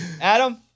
Adam